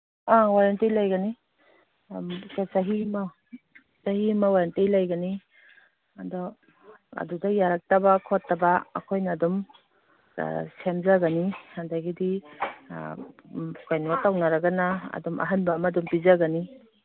ꯑꯥ warranty ꯂꯩꯒꯅꯤ ꯆꯍꯤ ꯑꯃ ꯆꯍꯤ ꯑꯃ ꯋꯔꯦꯟꯇꯤ ꯂꯩꯒꯅꯤ ꯑꯗꯣ ꯑꯗꯨꯗ ꯌꯥꯔꯛꯇꯕ ꯈꯣꯠꯇꯕ ꯑꯩꯈꯣꯏꯅ ꯑꯗꯨꯝ ꯁꯦꯝꯖꯒꯅꯤ ꯑꯗꯒꯤꯗꯤ ꯀꯩꯅꯣ ꯇꯧꯗꯔꯒꯅ ꯑꯗꯨꯝ ꯑꯍꯟꯕ ꯑꯃ ꯑꯗꯨꯝ ꯄꯤꯖꯒꯅꯤ